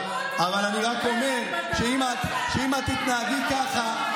אבל אני רק אומר שאם את תתנהגי ככה,